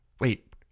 wait